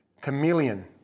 chameleon